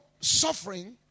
suffering